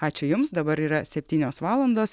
ačiū jums dabar yra septynios valandos